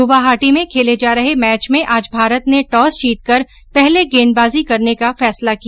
गुवाहाटी में खेले जा रहे मैच में आज भारत ने टॉस जीतकर पहले गेंदबाजी करने का फैसला किया